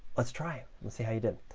let's try it. we'll see how you did.